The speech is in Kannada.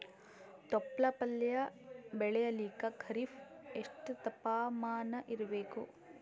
ತೊಪ್ಲ ಪಲ್ಯ ಬೆಳೆಯಲಿಕ ಖರೀಫ್ ಎಷ್ಟ ತಾಪಮಾನ ಇರಬೇಕು?